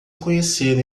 conheceram